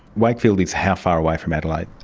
wakefield is how far away from adelaide?